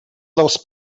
dels